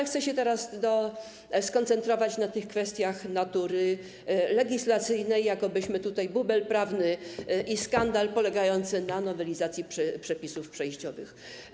Chcę się teraz skoncentrować na kwestiach natury legislacyjnej, jakoby był tutaj bubel prawny i skandal polegający na nowelizacji przepisów przejściowych.